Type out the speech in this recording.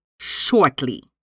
shortly